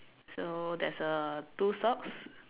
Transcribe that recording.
so there's uh two socks